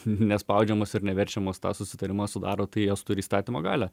nespaudžiamos ir neverčiamos tą susitarimą sudaro tai jos turi įstatymo galią